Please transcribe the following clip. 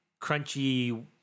crunchy